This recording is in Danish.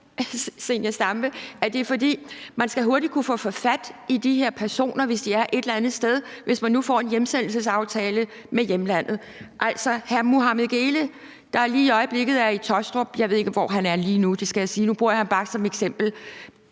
at det er, fordi man hurtigt skal kunne få fat i de her personer, hvis de er et eller andet sted og man får en hjemsendelsesaftale med hjemlandet. Altså, man vil kontakte Kurt Westergaards øksemand, hr. Muhudiin Mohamed Geele, der lige i øjeblikket er i Taastrup – jeg ved ikke, hvor han er lige nu; det skal jeg sige. Nu bruger jeg ham bare som eksempel.